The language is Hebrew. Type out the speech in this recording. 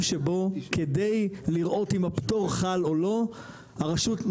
מיזוג מבלי לבדוק את ההשפעה שלו על התחרות,